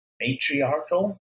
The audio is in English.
matriarchal